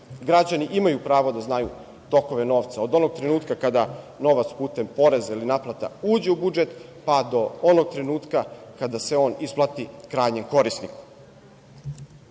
Građani imaju pravo da znaju tokove novca od onog trenutka kada novac putem poreza ili naplata uđe u budžet, pa do onog trenutka kada se on isplati krajnjem korisniku. Takođe